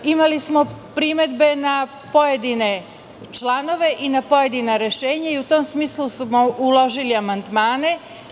Imali smoprimedbe na pojedine članove i rešenja i u tom smislu smo uložili amandmane.